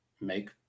make